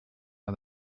out